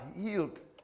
healed